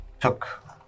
took